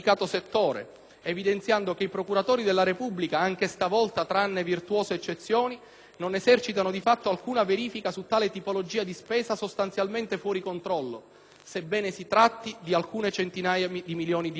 evidenziando che i procuratori della Repubblica (anche stavolta, tranne virtuose eccezioni) non esercitano, di fatto, alcuna verifica su tale tipologia di spesa, sostanzialmente fuori controllo, sebbene si tratti di centinaia di milioni di euro l'anno.